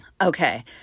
Okay